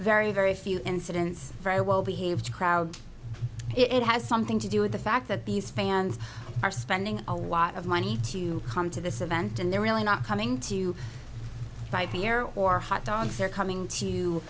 very very few incidents very well behaved crowd it has something to do with the fact that these fans are spending a lot of my and he to come to this event and they're really not coming to buy beer or hot dogs they're coming to